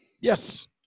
yes